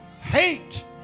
hate